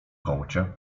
kącie